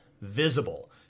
visible